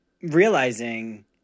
realizing